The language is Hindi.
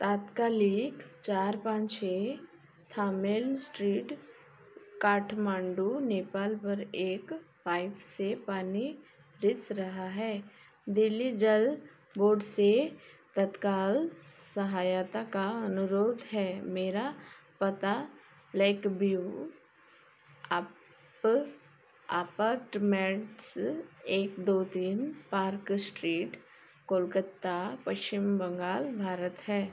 तात्कालिक चार पाँच छे थामिल स्ट्रीट काठमाण्डू नेपाल पर एक पाइप से पानी रिस रहा है दिल्ली जल बोर्ड से तत्काल सहायता का अनुरोध है मेरा पता लेक ब्यू अप अपाटमेंट्स एक दो तीन पार्क एस्ट्रीट कोलकाता पश्चिम बंगाल भारत है